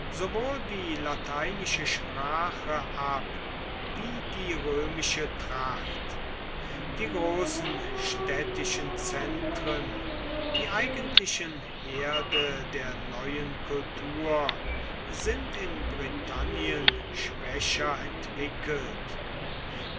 die lateinische sprache ab wie die römische tracht die großen städtischen zentren die eigentlichen herde der neuen kultur sind in britannien schwächer entwickelt